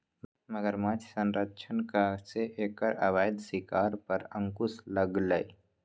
मगरमच्छ संरक्षणक सं एकर अवैध शिकार पर अंकुश लागलैए